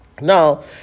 Now